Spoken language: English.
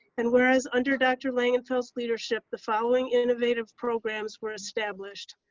and whereas under dr. langenfeld's leadership, the following innovative programs were established,